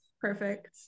Perfect